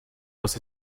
los